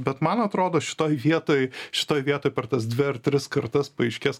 bet man atrodo šitoj vietoj šitoj vietoj per tas dvi ar tris kartas paaiškės